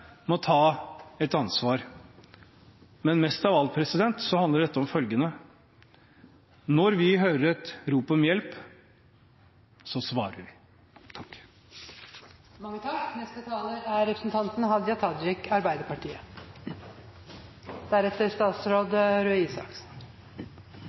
må ta et ansvar. Men mest av alt handler dette om følgende: Når vi hører et rop om hjelp, så svarer vi. Ved inngangen til sommarferien er